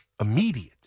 Immediate